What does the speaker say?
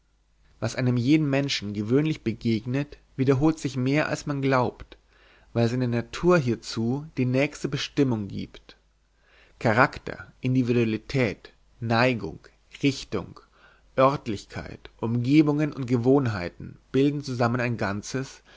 was einem jeden menschen gewöhnlich begegnet wiederholt sich mehr als man glaubt weil seine natur hiezu die nächste bestimmung gibt charakter individualität neigung richtung örtlichkeit umgebungen und gewohnheiten bilden zusammen ein ganzes